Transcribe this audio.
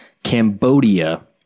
Cambodia